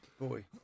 boy